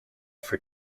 for